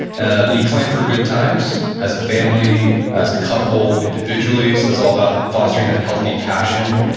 ah then you plan for good times, as a family, as a couple, individually, so it's all about fostering that healthy passion.